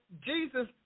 Jesus